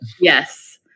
Yes